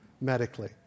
medically